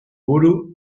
buru